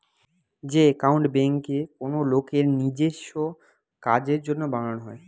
যে একাউন্ট বেঙ্কে কোনো লোকের নিজেস্য কাজের জন্য বানানো হয়